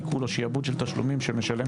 עיקול או שיעבוד של תשלומים שמשלם